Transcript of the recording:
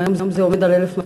אם היום זה עומד על 1,200,